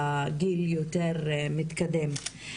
בגיל יותר מתקדם.